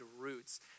roots